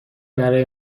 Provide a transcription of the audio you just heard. برای